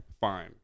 Fine